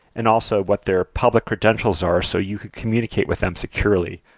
and also what their public credentials are so you can communicate with them securely,